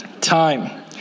time